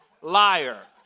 liar